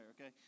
okay